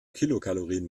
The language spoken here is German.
kilokalorien